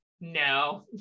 No